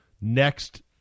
next